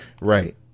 Right